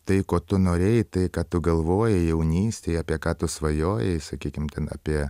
tai ko tu norėjai tai ką tu galvojai jaunystėj apie ką tu svajojai sakykim ten apie